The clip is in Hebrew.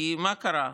כי מה קרה?